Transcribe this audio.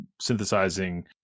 synthesizing